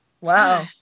Wow